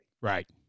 Right